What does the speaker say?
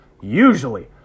Usually